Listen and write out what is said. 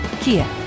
Kia